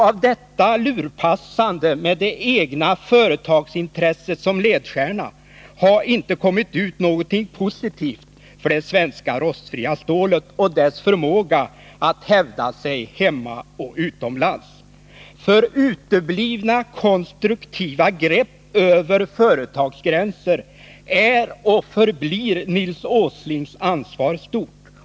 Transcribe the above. Av detta lurpassande, med det egna företagsintresset som ledstjärna, har det inte kommit ut någonting positivt för det svenska rostfria stålet och denna industris förmåga att hävda sig hemma och utomlands. För uteblivna konstruktiva grepp över företagsgränser är och förblir Nils Åslings ansvar stort.